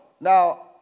Now